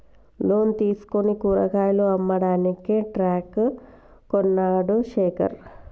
loan తీసుకుని కూరగాయలు అమ్మడానికి ట్రక్ కొన్నడు శేఖర్